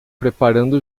preparando